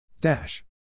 Dash